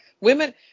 Women